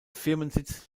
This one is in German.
firmensitz